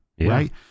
right